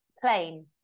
plain